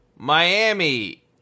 Miami